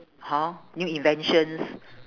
hor new inventions